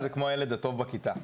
זה כמו הילד הטוב בכיתה.